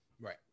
Right